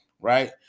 right